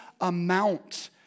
amount